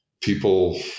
people